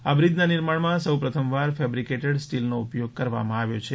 આ બ્રિજના નિર્માણમાં સૌ પ્રથમવાર ફેબ્રિકેટેડ સ્ટીલનો ઉપયોગ કરવામાં આવ્યો છે